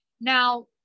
Now